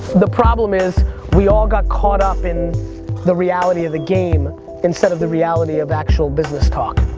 the problem is we all got caught up in the reality of the game instead of the reality of actual business talk.